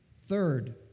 Third